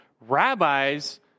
rabbis